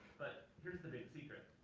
but here's the big secret.